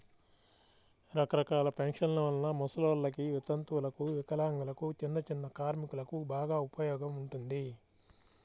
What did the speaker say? రకరకాల పెన్షన్ల వలన ముసలోల్లకి, వితంతువులకు, వికలాంగులకు, చిన్నచిన్న కార్మికులకు బాగా ఉపయోగం ఉంటుంది